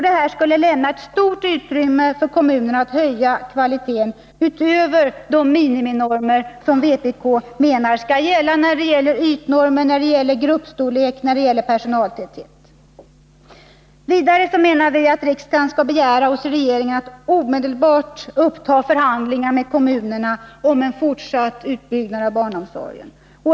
Detta skulle lämna ett stort utrymme för kommunerna att höja kvaliteten, utöver de miniminormer som vpk anser skall gälla för ytnormer, gruppstorlek och personaltäthet. Vidare menar vi att riksdagen skall begära hos regeringen att den omedelbart skall uppta förhandlingar med kommunerna om en fortsatt utbyggnad av barnomsorgen.